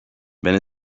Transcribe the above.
wenn